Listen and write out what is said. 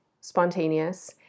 spontaneous